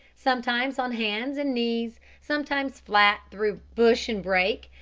sometimes on hands and knees, sometimes flat, through bush and brake,